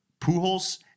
Pujols